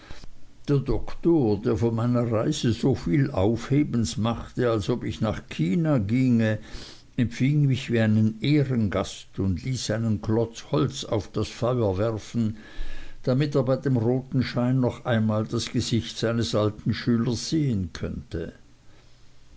der doktor der von meiner reise so viel aufhebens machte als ob ich nach china ginge empfing mich wie einen ehrengast und ließ einen klotz holz auf das feuer werfen damit er bei dem roten schein noch einmal das gesicht seines alten schülers sehen könnte